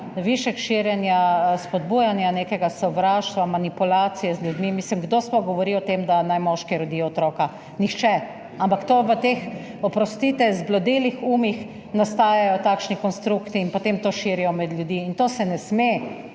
Višek širjenja spodbujanja nekega sovraštva, manipulacije z ljudmi. Mislim, kdo sploh govori o tem, da naj moški rodijo otroka? Nihče! Ampak v teh, oprostite, zbledelih umih, nastajajo takšni konstrukti in potem to širijo med ljudi. In to se ne sme